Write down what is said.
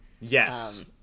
Yes